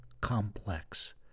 complex